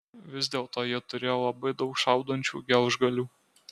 vis dėlto jie turėjo labai daug šaudančių gelžgalių